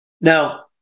Now